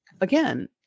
again